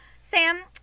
Sam